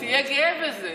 תהיה גאה בזה.